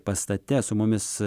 pastate su mumis